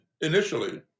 initially